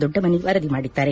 ದೊಡ್ಡಮನಿ ವರದಿ ಮಾಡಿದ್ದಾರೆ